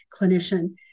clinician